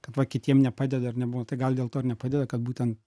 kad va kitiem nepadeda ar ne būna tai gal dėl to ir nepadeda kad būtent